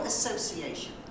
association